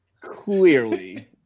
Clearly